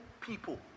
people